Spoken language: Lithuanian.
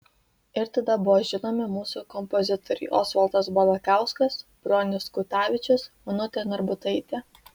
ir tada buvo žinomi mūsų kompozitoriai osvaldas balakauskas bronius kutavičius onutė narbutaitė